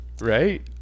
Right